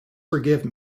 forgive